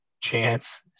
Chance